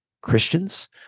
Christians